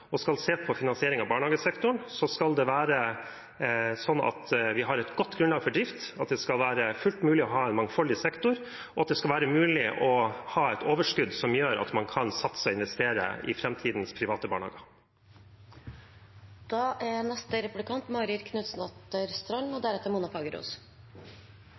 se på finansiering av barnehagesektoren, skal det være sånn at vi har et godt grunnlag for drift. Det skal være fullt mulig å ha en mangfoldig sektor, og det skal være mulig å ha et overskudd som gjør at man kan satse og investere i framtidens private barnehager.